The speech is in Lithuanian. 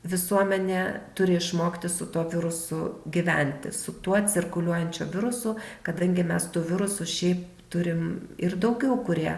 visuomenė turi išmokti su tuo virusu gyventi su tuo cirkuliuojančiu virusu kadangi mes tų virusų šiaip turim ir daugiau kurie